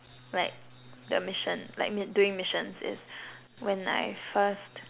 like the mission like doing missions is when I first